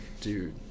Dude